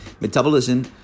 metabolism